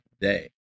day